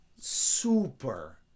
super